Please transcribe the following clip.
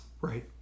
Right